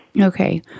Okay